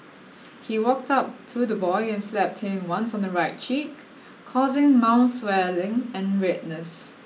he walked up to the boy and slapped him once on the right cheek causing mild swelling and redness